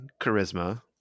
charisma